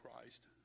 Christ